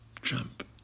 Trump